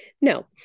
No